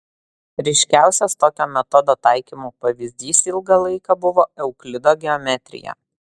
ryškiausias tokio metodo taikymo pavyzdys ilgą laiką buvo euklido geometrija